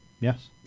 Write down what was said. Yes